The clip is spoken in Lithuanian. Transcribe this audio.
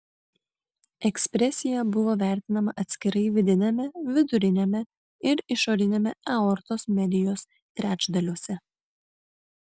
ekspresija buvo vertinama atskirai vidiniame viduriniame ir išoriniame aortos medijos trečdaliuose